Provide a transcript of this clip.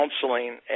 counseling